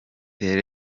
tel